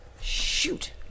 shoot